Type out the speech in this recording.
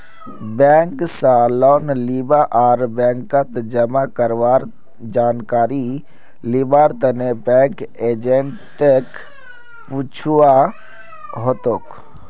bank स loan लीबा आर बैंकत जमा करवार जानकारी लिबार तने बैंक एजेंटक पूछुवा हतोक